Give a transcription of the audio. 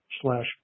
slash